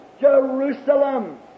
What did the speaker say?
Jerusalem